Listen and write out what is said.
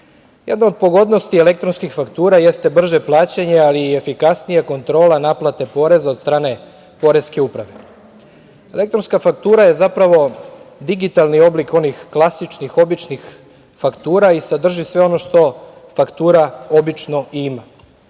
od pogodnosti elektronskih faktura jeste brže plaćanje, ali i efikasnija kontrola naplate poreza od strane poreske uprave. Elektronska faktura je zapravo digitalni oblik onih klasičnih običnih faktura i sadrži sve ono što faktura obično i